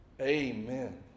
Amen